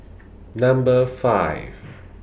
Number five